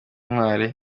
ntwali